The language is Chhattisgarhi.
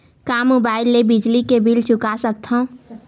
का मुबाइल ले बिजली के बिल चुका सकथव?